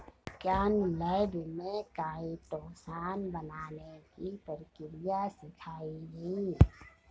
हमे विज्ञान लैब में काइटोसान बनाने की प्रक्रिया सिखाई गई